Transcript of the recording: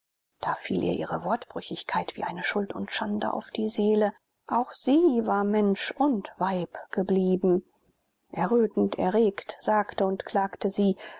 da fiel ihr ihre wortbrüchigkeit wie eine schuld und schande auf die seele auch sie war mensch und weib geblieben errötend erregt sagte und klagte sie